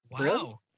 Wow